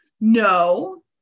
no